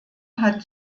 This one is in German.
hat